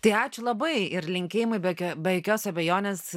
tai ačiū labai ir linkėjimai be jo be jokios abejonės